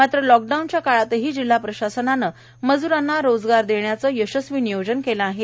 मात्र लॉकडाऊनच्या काळातही जिल्हा प्रशासनाने मज्रांना रोजगार देण्यात यशस्वी नियोजन केले आहे